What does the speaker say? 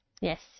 Yes